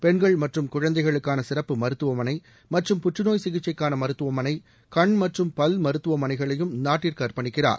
பெண்கள் மற்றும் குழந்தைகளுக்கான சிறப்பு மருத்துவமனை மற்றும் புற்றுநோய் சிகிச்சைக்கான மருத்துவமனை கண் மற்றும் பல் மருத்துவமனைகளையும் நாட்டிற்கு அர்ப்பணிக்கிறார்